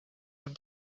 have